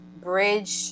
bridge